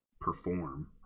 perform